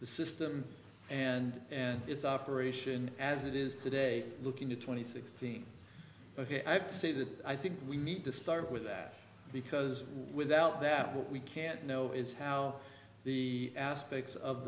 the system and its operation as it is today looking to twenty sixteen ok i have to say that i think we need to start with that because without that we can't know is how the aspects of